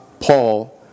Paul